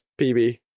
PB